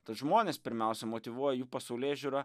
tad žmones pirmiausia motyvuoja jų pasaulėžiūra